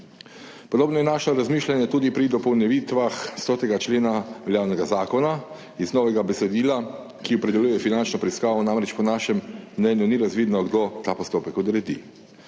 Podobno je naše razmišljanje tudi pri dopolnitvah 100. člena veljavnega zakona. Iz novega besedila, ki opredeljuje finančno preiskavo, namreč po našem mnenju ni razvidno, kdo ta postopek odredi.